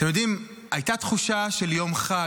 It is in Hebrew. אתם יודעים, הייתה תחושה של יום חג.